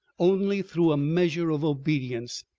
only through a measure of obedience.